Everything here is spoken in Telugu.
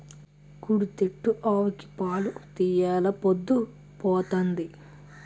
కుడితి ఎట్టు ఆవుకి పాలు తీయెలా పొద్దు పోతంది